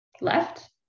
left